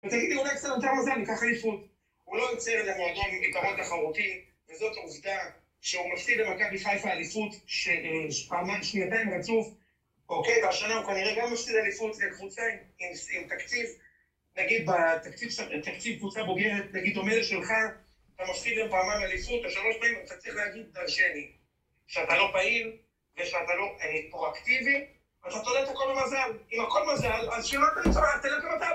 ותגיד לי, אולי קצת יותר מזל ניקח אליפות. הוא לא יוצר למועדון יתרון תחרותי, וזאת עובדה שהוא מפסיד למכבי חיפה אליפות ש... פעמיים... שנתיים רצוף, אוקיי, והשנה הוא כנראה גם מפסיד אליפות, זה קבוצה עם תקציב, נגיד בתקציב קבוצה בוגרת, נגיד דומה לשלך, אתה מפסיד לה פעמיים אליפות, בשלוש פעמים אתה צריך להגיד דרשני, שאתה לא פעיל ושאתה לא פרואקטיבי, אתה תולה את הכל במזל, אם הכל מזל, אז שלא.. תלך גם אתה